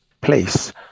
place